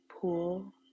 pool